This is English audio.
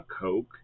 Coke